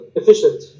efficient